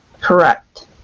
Correct